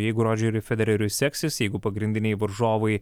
jeigu rodžeriu federeriui seksis jeigu pagrindiniai varžovai